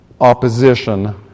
opposition